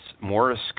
Morris